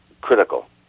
critical